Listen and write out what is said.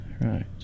right